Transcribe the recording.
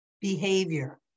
behavior